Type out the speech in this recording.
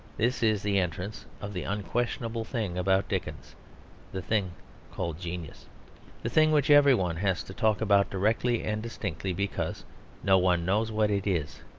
this is the entrance of the unquestionable thing about dickens the thing called genius the thing which every one has to talk about directly and distinctly because no one knows what it is.